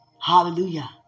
Hallelujah